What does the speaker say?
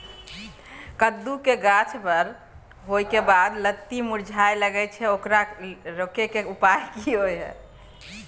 कद्दू के गाछ बर होय के बाद लत्ती मुरझाय लागे छै ओकरा रोके के उपाय कि होय है?